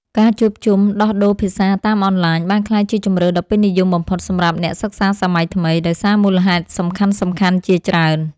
ការជួបជុំដោះដូរភាសាតាមអនឡាញ បានក្លាយជាជម្រើសដ៏ពេញនិយមបំផុតសម្រាប់អ្នកសិក្សាសម័យថ្មី ដោយសារមូលហេតុសំខាន់ៗជាច្រើន។